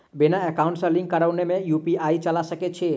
बिना एकाउंट सँ लिंक करौने हम यु.पी.आई चला सकैत छी?